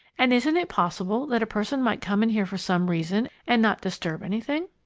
and isn't it possible that a person might come in here for some reason and not disturb anything?